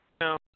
No